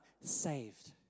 saved